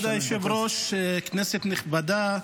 כבוד היושב-ראש, כנסת נכבדה,